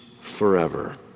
forever